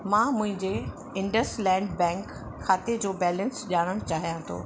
मां मुंहिंजे इंडसलैंड बैंक खाते जो बैलेंस ॼाणणु चाहियां थो